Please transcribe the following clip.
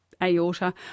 aorta